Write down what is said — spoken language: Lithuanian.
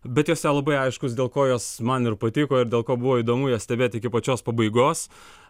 bet jose labai aiškus dėl ko jos man ir patiko ir dėl ko buvo įdomu jas stebėti iki pačios pabaigos